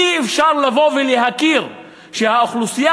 אי-אפשר לבוא ולהכיר בכך שהאוכלוסייה